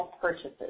purchases